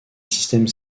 système